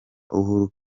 uhuru